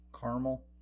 Caramel